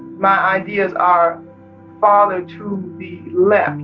my ideas are farther to the left.